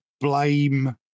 blame